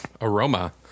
Aroma